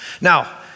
Now